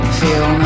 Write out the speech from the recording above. feel